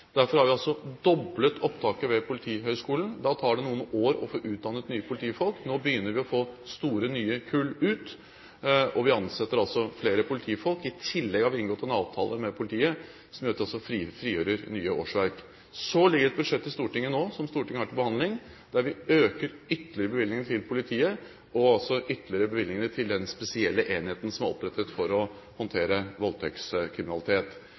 Derfor har vi doblet opptaket ved Politihøgskolen. Da tar det noen år å få utdannet nye politifolk. Nå begynner vi å få store nye kull ut, og vi ansetter flere politifolk. I tillegg har vi inngått en avtale med politiet som gjør at det frigjøres nye årsverk. Så ligger det et budsjett i Stortinget nå, som Stortinget har til behandling, der vi øker ytterligere bevilgningene til politiet og bevilgningene til den spesielle enheten som er opprettet for å håndtere voldtektskriminalitet.